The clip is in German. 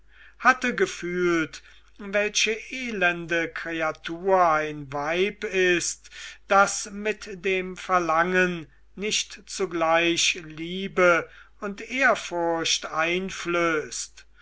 hatte gefühlt welche elende kreatur ein weib ist das mit dem verlangen nicht zugleich liebe und ehrfurcht einflößt